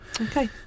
Okay